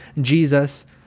Jesus